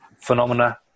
phenomena